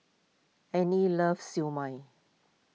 Arny loves Siew Mai